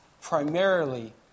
primarily